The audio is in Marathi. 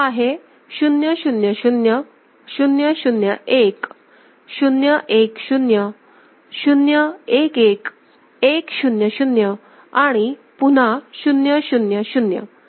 हा आहे 0 0 0 0 0 1 0 1 0 0 1 1 1 0 0 आणि पुन्हा 0 0 0